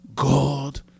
God